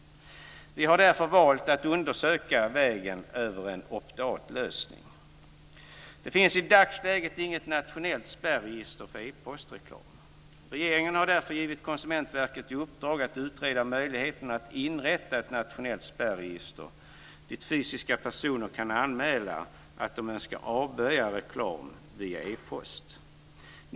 Vi har därför valt att undersöka vägen över en opt-out-lösning. Det finns i dagsläget inget nationellt sprärregister för e-postreklam. Regeringen har därför givit Konsumentverket i uppdrag att utreda möjligheten att inrätta ett nationellt spärregister dit fysiska personer kan anmäla att de önskar avböja reklam via e-post.